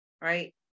Right